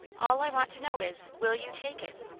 all i want to know is, will you take it?